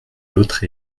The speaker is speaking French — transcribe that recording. l’autre